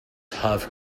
have